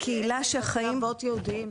בקהילה ------ בתי אבות ייעודיים,